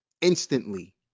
instantly